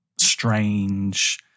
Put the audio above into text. strange